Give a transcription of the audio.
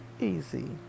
easy